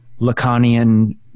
Lacanian